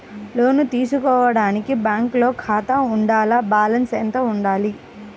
లోను తీసుకోవడానికి బ్యాంకులో ఖాతా ఉండాల? బాలన్స్ ఎంత వుండాలి?